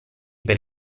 per